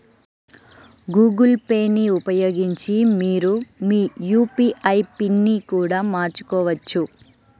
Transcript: Google Pay ని ఉపయోగించి మీరు మీ యూ.పీ.ఐ పిన్ని కూడా మార్చుకోవచ్చు